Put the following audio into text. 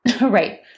right